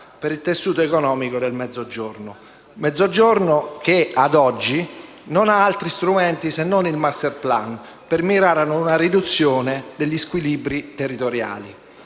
per il tessuto economico del Mezzogiorno, che, ad oggi, non ha altri strumenti, se non il *masterplan*, per mirare ad una riduzione degli squilibri territoriali.